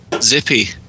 Zippy